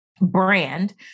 brand